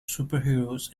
superheroes